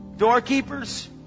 Doorkeepers